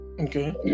Okay